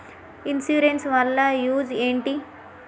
Insurance వాళ్ల use ఏంటిది?